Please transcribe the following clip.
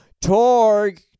Torg